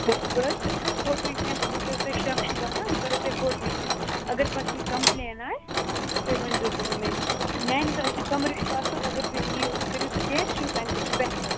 بہٕ بہٕ حظ کَرو تۄہہِ فوٹوٕے سیٚنٛڈ اگر تۄہہِ شخ چھُو باسان بہٕ کَرو تۄہہِ فوٹوٕے سٮ۪نٛڈ اگر پَتہٕ کیٚنٛہہ کَمپٕلین آسہِ تہٕ تُہۍ ؤنزیٚو تیٚلہِ مےٚ میٛانہِ حِساب أسۍ کَمرٕ چھُو اَصٕل اگر تُہۍ یِیِو تہٕ کٔرِو سِٹے سُہ چھُ تہندِ خٲطرٕ بہتر